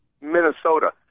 Minnesota